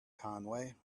conway